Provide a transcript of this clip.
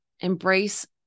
embrace